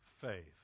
faith